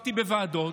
דיברתי בוועדות.